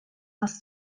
tas